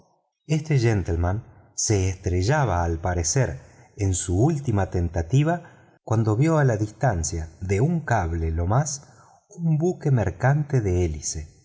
este gentleman se estrellaba al parecer en su último tentativa cuando vio a la distancia de un cable lo más un buque mercante de hélice de